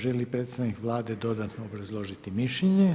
Želi li predstavnik Vlade dodatno obrazložiti mišljenje?